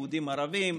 יהודים ערבים,